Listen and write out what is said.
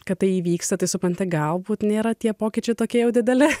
kad tai įvyksta tai supranti galbūt nėra tie pokyčiai tokie dideli